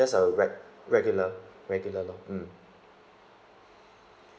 just a reg~ regular regular lor mm